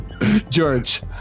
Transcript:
George